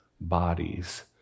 bodies